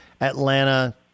Atlanta